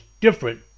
different